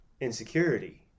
insecurity